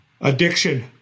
Addiction